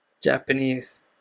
Japanese